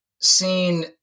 seen